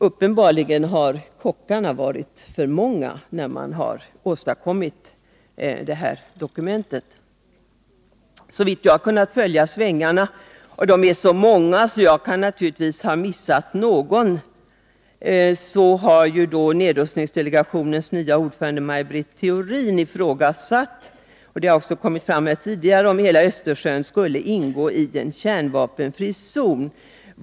Uppenbarligen har kockarna varit för många när man har åstadkommit detta dokument. Så långt jag har kunnat följa svängarna — de är så många att jag naturligtvis kan ha missat någon — har nedrustningsdelegationens nya ordförande Maj Britt Theorin ifrågasatt, som också kommit fram här tidigare, om hela Östersjön skulle ingå i en kärnvapenfri zon.